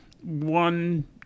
one